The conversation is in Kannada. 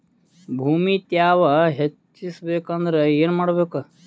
ಭೂಮಿ ತ್ಯಾವ ಹೆಚ್ಚೆಸಬೇಕಂದ್ರ ಏನು ಮಾಡ್ಬೇಕು?